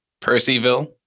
Percyville